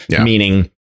Meaning